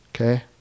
Okay